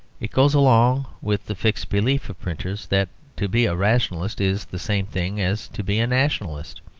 it goes along with the fixed belief of printers that to be a rationalist is the same thing as to be a nationalist.